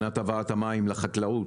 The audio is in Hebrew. מבחינת הבאת המים לחקלאות,